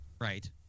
right